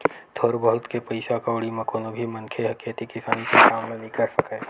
थोर बहुत के पइसा कउड़ी म कोनो भी मनखे ह खेती किसानी के काम ल नइ कर सकय